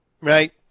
right